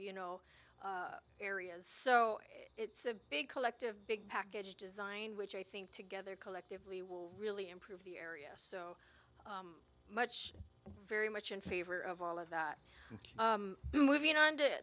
you know areas so it's a big collective big package design which i think together collectively will really improve the area so much very much in favor of all of that moving on to